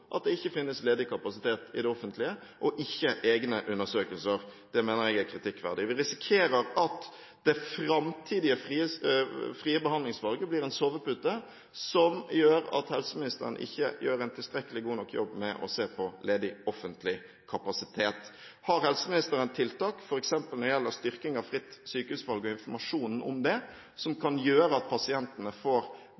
at det ikke finnes ledig kapasitet i det offentlige, og ikke egne undersøkelser. Det mener jeg er kritikkverdig. Vi risikerer at det framtidige frie behandlingsvalget blir en sovepute som gjør at helseministeren ikke gjør en tilstrekkelig god nok jobb med å se på ledig offentlig kapasitet. Har helseministeren tiltak når det gjelder f.eks. styrking av fritt sykehusvalg og informasjonen om det, som